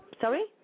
Sorry